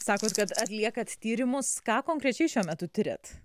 sakot kad atliekat tyrimus ką konkrečiai šiuo metu tiriat